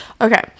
okay